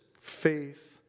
faith